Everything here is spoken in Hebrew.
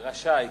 רשאי.